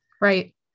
Right